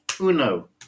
uno